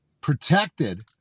protected